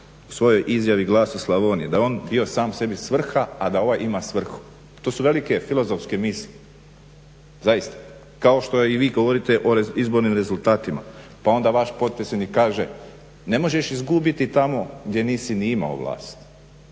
u svojoj izjavi Glasa Slavonije da je on bio sam sebi svrha a da ovaj ima svrhu. To su velike filozofske misli. Zaista. Kao što i vi govorite o izbornim rezultatima. Pa onda vaš potpredsjednik kaže ne možeš izgubiti tamo gdje nisi ni imao vlast.